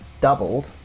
doubled